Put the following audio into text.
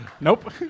Nope